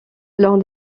lors